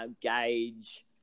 gauge